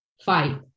fight